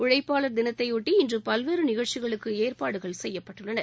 உழைப்பாளர் தினத்தையொட்டி இன்று பல்வேறு நிகழ்ச்சிகளுக்கு ஏற்பாடு செய்யப்பட்டுள்ளன